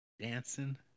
dancing